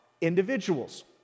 individuals